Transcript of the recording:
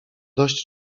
dość